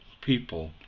people